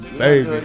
baby